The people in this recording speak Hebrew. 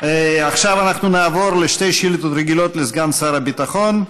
עכשיו אנחנו נעבור לשתי שאילתות רגילות לסגן שר הביטחון.